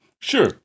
Sure